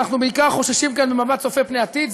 ואנחנו בעיקר חוששים כאן ממבט צופה פני עתיד,